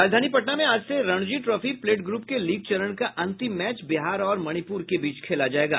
राजधानी पटना में आज से रणजी ट्रॉफी प्लेट ग्रुप के लीग चरण का अंतिम मैच बिहार और मणिप्र के बीच खेला जायेगा